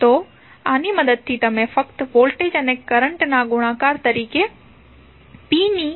તો આની મદદથી તમે ફક્ત વોલ્ટેજ અને કરંટના ગુણાકાર તરીકે p ની કિંમતની ગણતરી કરી શકો છો